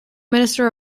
minister